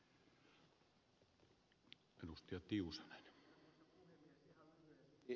ihan lyhyesti